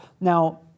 Now